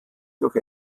durch